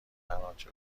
هرآنچه